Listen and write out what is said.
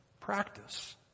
Practice